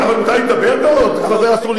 אבל מותר לי לדבר או שזה אסור לי גם?